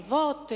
אבות,